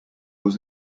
was